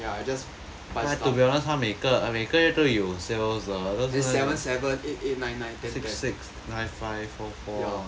buy stuff then seven seven eight eight nine nine ten ten ya